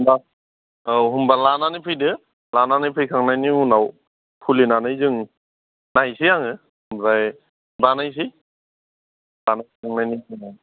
औ होनबा लानानै फैदो लानानै फैखांनायनि उनाव खुलिनानै जों नायनोसै आङो ओमफ्राय बानायनोसै बानायखांनायनि उनाव